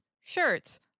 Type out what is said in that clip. shirts